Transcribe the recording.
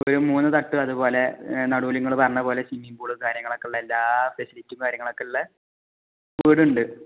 ഒരു മൂന്ന് തട്ട് അതുപോലെ നടുലയങ്ങൾ പറഞ്ഞത് പോലെ സ്വിമ്മിങ് പൂളും കാര്യങ്ങളൊക്കെ ഉള്ള എല്ലാ ഫെസിലിറ്റിയും കാര്യങ്ങളൊക്കെ ഉള്ള വീടുണ്ട്